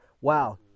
wow